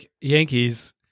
Yankees